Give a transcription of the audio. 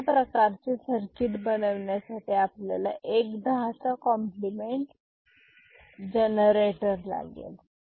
अशा प्रकारचे सर्किट बनविण्यासाठी आपल्याला एक दहाचा complement generator 10s compliment generater लागेल